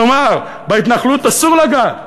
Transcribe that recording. כלומר, בהתנחלות אסור לגעת,